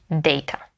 data